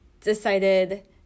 decided